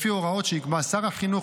לפי הוראות שיקבע שר החינוך,